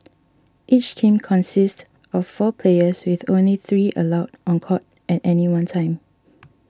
each team consists of four players with only three allowed on court at any one time